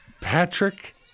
Patrick